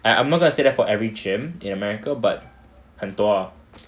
I I'm not gonna say that for every gym in america but 很多 lah